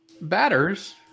batters